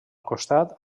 costat